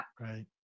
Right